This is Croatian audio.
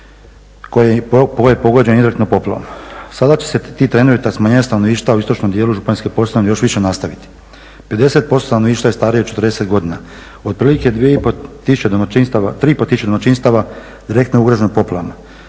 koje je pogođeno izuzetno poplavama. Sada će se ti trendovi, ta smanjenja stanovništva u istočnom dijelu županjske Posavine još više nastaviti. 50% stanovništva je starije od 40 godina. Otprilike 2 i pol tisuće domaćinstava, 3 i pol